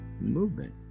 movement